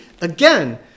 again